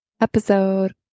episode